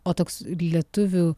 o toks lietuvių